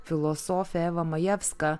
filosofė eva majevska